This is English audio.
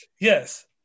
Yes